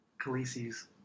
Khaleesi's